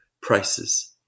prices